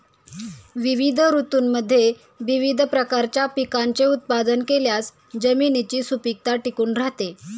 विविध ऋतूंमध्ये विविध प्रकारच्या पिकांचे उत्पादन केल्यास जमिनीची सुपीकता टिकून राहते